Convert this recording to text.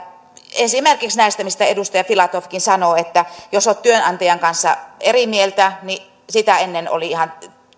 esimerkiksi näistä mistä edustaja filatovkin sanoi että jos olet työnantajan kanssa eri mieltä ja sitä ennen oli ihan